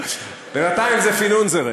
בינתיים זה פון אונזערע.